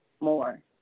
more